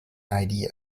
idea